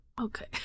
Okay